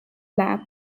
rap